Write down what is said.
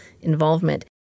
involvement